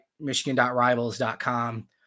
Michigan.rivals.com